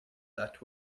that